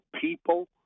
people